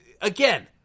Again